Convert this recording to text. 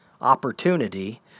opportunity